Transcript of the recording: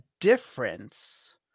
difference